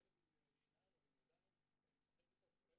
ילד עם השיניים או עם הידיים,